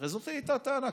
הרי זאת הייתה הטענה.